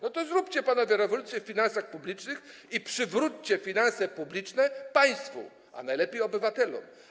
No to zróbcie panowie rewolucję w finansach publicznych i przywróćcie finanse publiczne państwu, a najlepiej obywatelom.